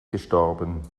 gestorben